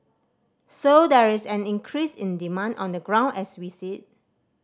so there is an increase in demand on the ground as we see